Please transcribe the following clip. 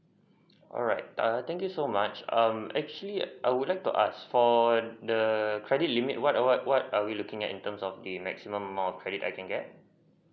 alright err thank you so much um actually I would like to ask for the credit limit what what what are we looking at in terms of the maximum amount of credit I can get